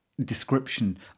Description